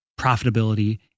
profitability